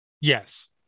yes